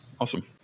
Awesome